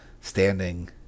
standing